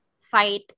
fight